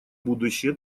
будущее